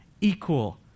equal